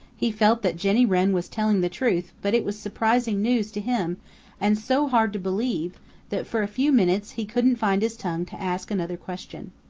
he felt that jenny wren was telling the truth, but it was surprising news to him and so hard to believe that for a few minutes he couldn't find his tongue to ask another question.